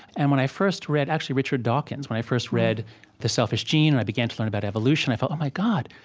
and when i first read, actually, richard dawkins, when i first read the selfish gene, and i began to learn about evolution, i felt, oh my god,